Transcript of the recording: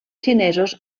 xinesos